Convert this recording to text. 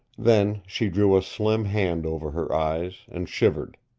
then she drew a slim hand over her eyes and shivered.